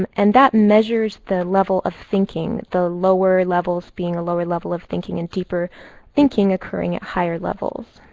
um and that measures the level of thinking, the lower levels being a lower level of thinking and deeper thinking occurring at higher levels.